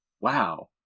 wow